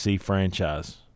franchise